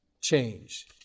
change